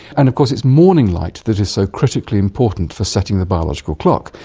and of course it's morning light that is so critically important for setting the biological clock.